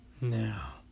Now